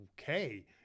okay